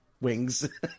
wings